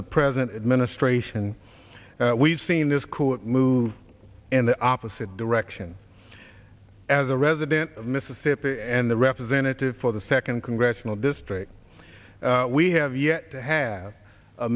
the present administration we've seen this court move in the opposite direction as a resident of mississippi and the representative for the second congressional district we have yet to have a